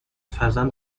فرزند